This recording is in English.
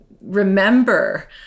remember